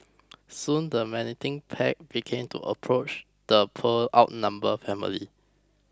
soon the menacing pack began to approach the poor outnumbered family